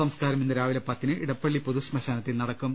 സംസ്കാരം ഇന്ന് രാവിലെ പത്തിന് ഇടപ്പള്ളി പൊതുശ്മശാനത്തിൽ നടക്കും